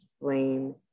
blame